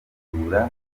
twitegura